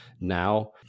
now